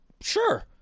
Sure